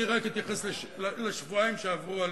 אני רק אתייחס לשבועיים שעברו עלינו.